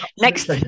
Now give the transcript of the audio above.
next